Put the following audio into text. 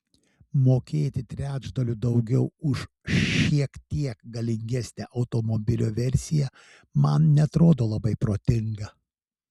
mokėti trečdaliu daugiau už šiek tiek galingesnę automobilio versiją man neatrodo labai protinga